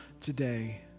today